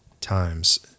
times